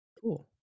cool